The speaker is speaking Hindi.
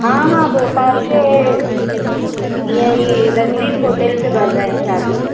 हाँ हाँ भोपाल के यही रंजीत होटल से कर रहे हैं शादी